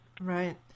right